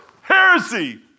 Heresy